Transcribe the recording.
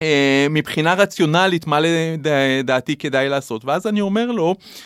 מבחינה רציונלית מה לדעתי כדאי לעשות ואז אני אומר לו.